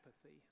apathy